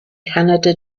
canada